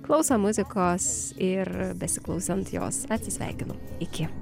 klausom muzikos ir besiklausant jos atsisveikinu iki